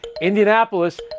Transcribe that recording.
Indianapolis